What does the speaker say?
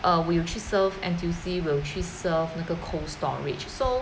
err 我有去 surf N_T_U_C 我有去 surf 那个 Cold Storage so